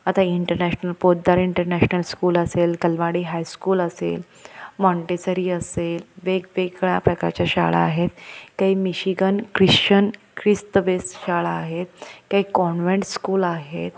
आता international Poddar international school असेल Kalwadi high school असेल मोन्टेसरी असेल वेगवेगळ्या प्रकारच्या शाळा आहेत काही मिशिगन ख्रिश्चन ख्रिस्तबेस शाळा आहेत काही कॉन्व्हेंट स्कूल आहेत